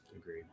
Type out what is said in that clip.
Agreed